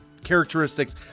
characteristics